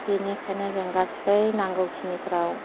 बेनिखायनो जों गासै नांगौखिनिफ्राव